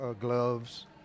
gloves